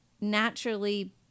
naturally